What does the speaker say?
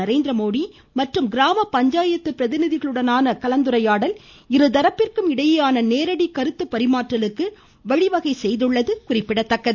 நரேந்திரமோடி மற்றும் கிராம பஞ்சாயத்து பிரதிநிதிகளுடனான உரையாடல் இருதரப்பிற்கும் இடையேயான நேரடி கருத்து பரிமாற்றலுக்கு வழிவகை செய்துள்ளது குறிப்பிடத்தக்கது